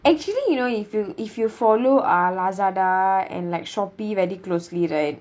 actually you know if you if you follow uh Lazada and like Shopee very closely right